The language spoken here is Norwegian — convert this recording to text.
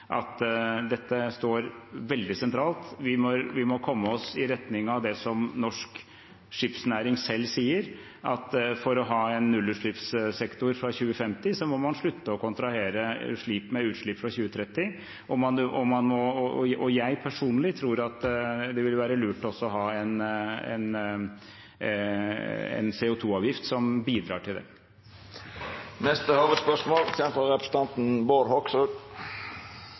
at dette står veldig sentralt. Vi må komme oss i retning av det som norsk skipsnæring selv sier: at for å ha en nullutslippssektor fra 2050 må man slutte å kontrahere skip med utslipp fra 2030. Jeg personlig tror at det ville være lurt å ha en CO 2 -avgift som bidrar til det. Vi går vidare til neste